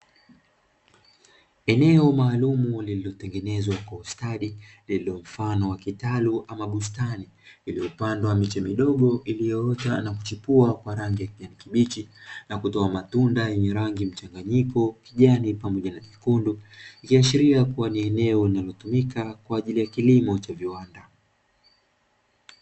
Eneo maalumu lililotengenezwa kwa ustadi lililo mfano wa kitalu ama bustani, iliyopandwa miche midogo iliyoota na kuchipua kwa rangi ya kijani kibichi, na kutoa matunda ya rangi mchanganyiko, kijani pamoja na nyekundu, ikiashiria kuwa ni eneo linalotumika kwa ajili ya kilimo cha viwanda.